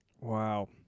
Wow